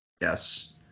Yes